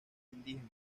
indígenas